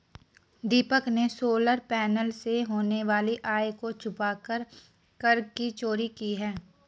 दीपक ने solar panel से होने वाली आय को छुपाकर कर की चोरी की है